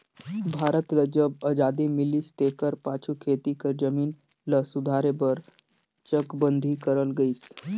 भारत ल जब अजादी मिलिस तेकर पाछू खेती कर जमीन ल सुधारे बर चकबंदी करल गइस